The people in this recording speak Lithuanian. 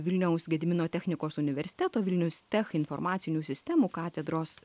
vilniaus gedimino technikos universiteto vilniustech informacinių sistemų katedros